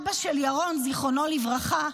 אבא של ירון, זיכרונו לברכה,